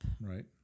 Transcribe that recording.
right